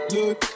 Look